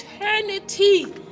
eternity